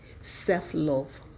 Self-love